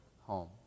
home